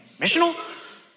missional